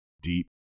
deep